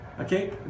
Okay